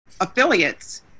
affiliates